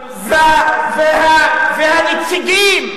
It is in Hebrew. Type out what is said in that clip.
והנציגים,